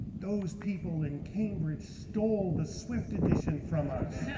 those people in cambridge stole the swift edition from us.